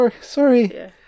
Sorry